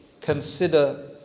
consider